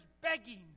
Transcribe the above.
begging